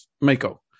Mako